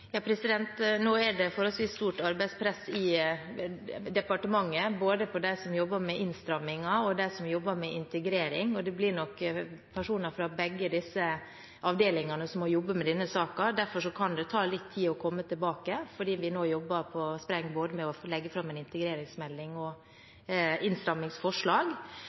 Nå er det forholdsvis stort arbeidspress i departementet, både for dem som jobber med innstrammingen, og for dem som jobber med integrering. Og det blir nok personer fra begge disse avdelingene som må jobbe med denne saken. Derfor kan det ta litt tid å komme tilbake, fordi vi nå jobber på spreng både med å legge fram en integreringsmelding og med innstrammingsforslag.